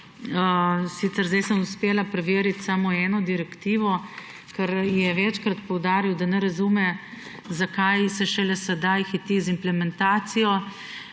sicer zdaj sem uspela preveriti samo eno direktivo, ker je večkrat poudaril, da ne razume, zakaj se šele sedaj hiti z implementacijo,